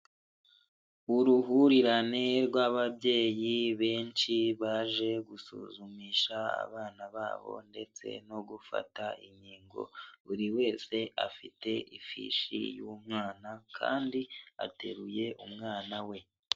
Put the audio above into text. Uruhurirane rw'ababyeyi benshi baje gusuzumisha abana babo ndetse no gufata inkingo buri wese afite ifishi y'umwana kandi ateruye umwana we.